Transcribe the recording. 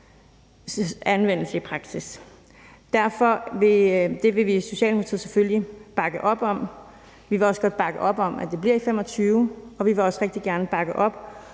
anvendes i praksis. Det vil vi i Socialdemokratiet selvfølgelig bakke op om. Vi vil også godt bakke op om, at det bliver i 2025, og vi vil også rigtig gerne bakke op